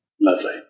Lovely